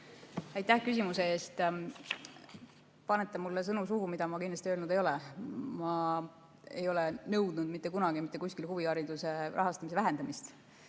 Aitäh küsimuse eest! Te panete mulle suhu sõnu, mida ma kindlasti öelnud ei ole. Ma ei ole nõudnud mitte kunagi mitte kuskil huvihariduse rahastamise vähendamist.